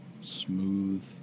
smooth